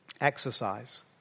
Exercise